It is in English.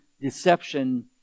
deception